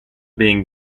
being